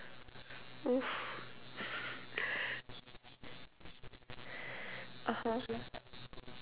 (uh huh)